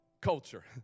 culture